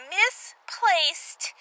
misplaced